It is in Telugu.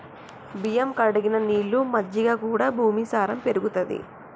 బియ్యం కడిగిన నీళ్లు, మజ్జిగ కూడా భూమి సారం పెరుగుతది